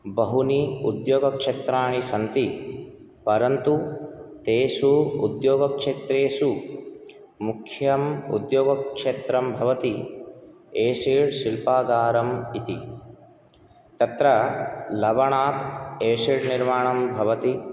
बहूनि उद्योगक्षेत्राणि सन्ति परन्तु तेषु उद्योगक्षेत्रेषु मुख्यम् उद्योगक्षेत्रं भवति एशिड् शिल्पागारम् इति तत्र लवणात् एशिड् निर्माणं भवति